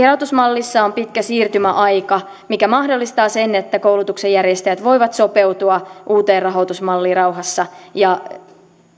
rahoitusmallissa on pitkä siirtymäaika mikä mahdollistaa sen että koulutuksen järjestäjät voivat sopeutua uuteen rahoitusmalliin rauhassa ja